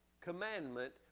commandment